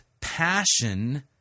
passion